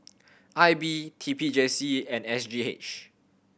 I B T P J C and S G H